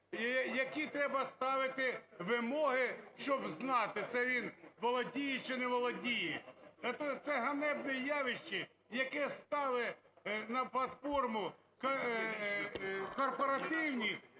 які треба ставити вимоги, щоб взнати, це він володіє чи не володіє. Це ганебне явище, яке ставить на платформу корпоративність